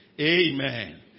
Amen